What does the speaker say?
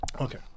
Okay